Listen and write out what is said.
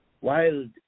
wild